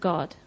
God